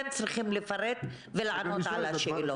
כן צריכים לפרט ולענות על השאלות.